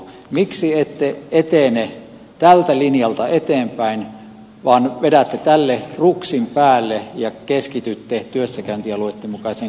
miksi ette etene tältä linjalta eteenpäin vaan vedätte tälle ruksin päälle ja keskitytte työssäkäyntialueitten mukaiseen kuntarakenteeseen